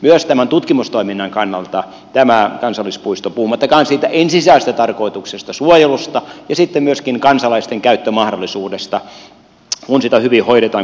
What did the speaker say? myös tämän tutkimustoiminnan kannalta tämä kansallispuisto on hyvä hanke puhumattakaan siitä ensisijaisesta tarkoituksesta suojelusta ja sitten myöskin kansalaisten käyttömahdollisuudesta kun sitä hyvin hoidetaan kun se hyvin rakennetaan